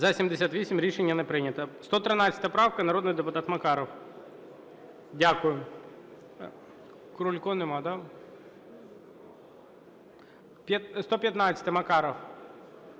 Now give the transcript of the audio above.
За-74 Рішення не прийнято.